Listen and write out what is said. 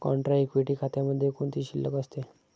Contra equity खात्यामध्ये कोणती शिल्लक असते?